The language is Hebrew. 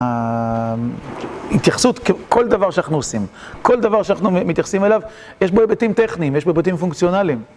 התייחסות, כל דבר שאנחנו עושים, כל דבר שאנחנו מתייחסים אליו, יש בו היבטים טכניים, יש בו היבטים פונקציונאליים.